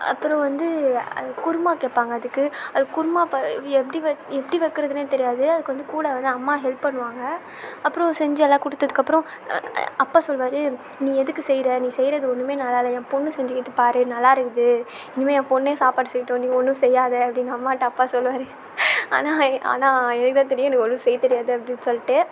அப்புறம் வந்து அது குருமா கேட்பாங்க அதுக்கு அது குருமா ப எப்படி வ எப்படி வைக்கிறதுன்னு தெரியாது அதுக்கு வந்து கூட வந்து அம்மா ஹெல்ப் பண்ணுவாங்க அப்புறம் செஞ்சி எல்லாம் கொடுத்ததுக்கு அப்புறம் அப்பா சொல்லுவார் நீ எதுக்கு செய்யற நீ செய்யறது ஒன்றுமே நல்லா இல்லை என் பொண்ணு செஞ்சுக்குது பார் நல்லா இருக்குது இனிமே என் பொண்ணே சாப்பாடு செய்யட்டும் நீ ஒன்றும் செய்யாத அப்படினு அம்மாகிட்ட அப்பா சொல்லுவார் ஆனால் ஆனால் எனக்கு தான் தெரியும் எனக்கு ஒன்றும் செய்ய தெரியாது அப்படினு சொல்லிவிட்டு